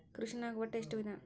ಕೃಷಿನಾಗ್ ಒಟ್ಟ ಎಷ್ಟ ವಿಧ?